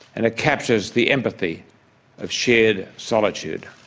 and it captures the empathy of shared solitude.